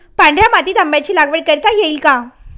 पांढऱ्या मातीत आंब्याची लागवड करता येईल का?